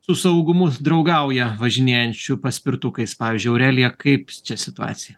su saugumu draugauja važinėjančių paspirtukais pavyzdžiui aurelija kaip čia situacija